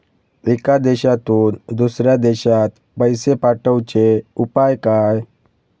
एका देशातून दुसऱ्या देशात पैसे पाठवचे उपाय काय?